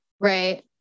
Right